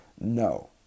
No